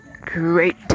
great